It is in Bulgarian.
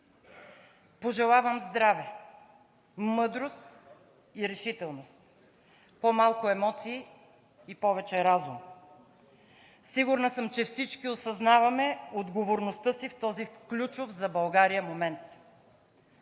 Пожелавам здраве, мъдрост и решителност, по-малко емоции и повече разум. Сигурна съм, че всички осъзнаваме отговорността си в този ключов за България момент.